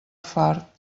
fart